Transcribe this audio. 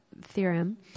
theorem